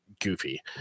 goofy